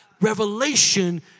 Revelation